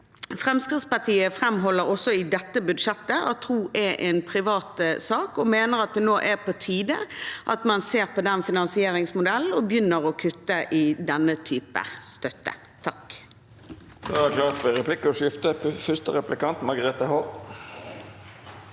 Fremskrittspartiet framholder også i dette budsjettet at tro er en privatsak, og mener at det nå er på tide at man ser på den finansieringsmodellen og begynner å kutte i denne typen støtte.